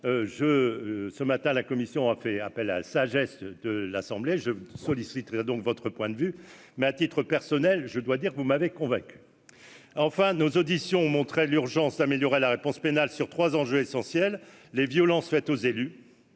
ce matin, la Commission a fait appel à la sagesse de l'Assemblée, je solliciterai donc votre point de vue, mais à titre personnel, je dois dire, vous m'avez convaincu enfin nos auditions ont montré l'urgence améliorer la réponse pénale sur 3 enjeux essentiels: les violences faites aux élus,